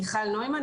מיכל נוימן,